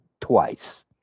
twice